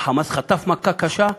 ה"חמאס" חטף מכה קשה,